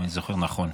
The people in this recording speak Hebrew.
אם אני זוכר נכון.